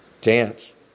dance